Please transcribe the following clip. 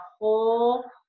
whole